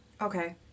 Okay